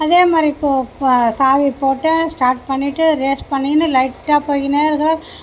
அதேமாதிரி இப்போ சாவி போட்டேன் ஸ்டார்ட் பண்ணிவிட்டு ரேஸ் பண்ணிக்கினு லைட்டாக போய்க்கினே இருக்கிறேன்